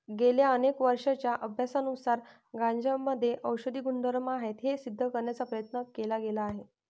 गेल्या अनेक वर्षांच्या अभ्यासानुसार गांजामध्ये औषधी गुणधर्म आहेत हे सिद्ध करण्याचा प्रयत्न केला गेला आहे